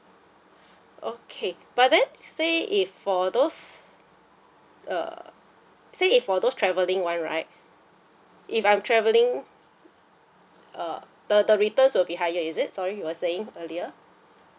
okay but then say if for those uh say if for those travelling one right if I'm travelling uh the the returns will be higher is it sorry you were saying earlier